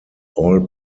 all